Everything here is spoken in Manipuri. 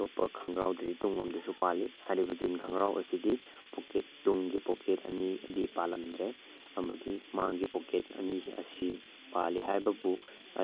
ꯑꯇꯣꯞꯄ ꯈꯣꯡꯒ꯭ꯔꯥꯎꯗꯗꯤ ꯇꯨꯡꯂꯣꯝꯗꯁꯨ ꯄꯥꯜꯂꯤ ꯍꯥꯏꯔꯤꯕ ꯖꯤꯟ ꯈꯣꯡꯒ꯭ꯔꯥꯎ ꯑꯁꯤꯗꯤ ꯄꯣꯛꯀꯦꯠ ꯇꯨꯡꯒꯤ ꯄꯣꯛꯀꯦꯠ ꯑꯅꯤꯗꯤ ꯄꯥꯜꯂꯝꯗ꯭ꯔꯦ ꯑꯃꯗꯤ ꯃꯥꯡꯒꯤ ꯄꯣꯛꯀꯦꯠ ꯑꯅꯤꯁꯤ ꯑꯁꯤ ꯄꯥꯜꯂꯤ ꯍꯥꯏꯕꯕꯨ